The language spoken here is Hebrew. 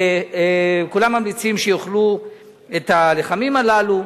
כולם ממליצים שיאכלו את הלחמים הללו.